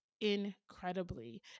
incredibly